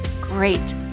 great